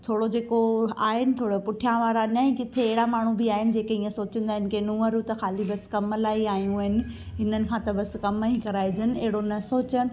थोरो जेको आहिनि थोरो पुठियां वारा न ई किथे हेड़ा माण्हू बि आहिनि जेके इअं सोचंदा आहिनि की नूअरूं त ख़ाली बसि कमु लाइ आहियूं आहिनि हिननि खां त बसि कमु ई कराइजनि हेड़ो न सोचनि